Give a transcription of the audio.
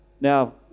Now